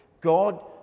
god